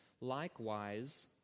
Likewise